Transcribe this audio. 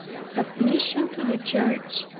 submission to the church,